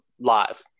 live